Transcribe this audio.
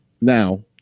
Now